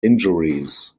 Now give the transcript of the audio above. injuries